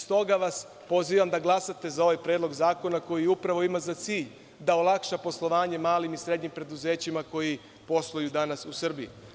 Stoga, vas pozivam, da glasate za ovaj predlog zakona koji upravo ima za cilj da olakša poslovanje malim i srednjim preduzećima koji posluju danas u Srbiji.